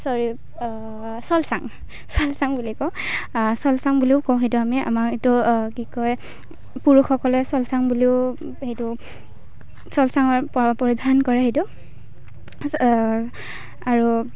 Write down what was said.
চৰি চলচাং চলচাং বুলি কওঁ চলচাং বুলিও কওঁ সেইটো আমি আমাৰ সেইটো কি কয় পুৰুষসকলে চলচাং বুলিও সেইটো চলচাঙৰ প পৰিধান কৰে সেইটো আচ আৰু